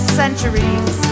centuries